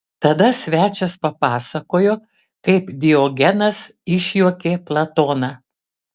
tada svečias papasakojo kaip diogenas išjuokė platoną